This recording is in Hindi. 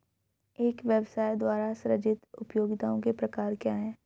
एक व्यवसाय द्वारा सृजित उपयोगिताओं के प्रकार क्या हैं?